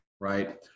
Right